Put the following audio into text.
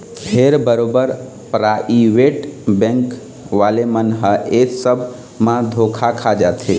फेर बरोबर private bank वाले मन ह ऐ सब म धोखा खा जाथे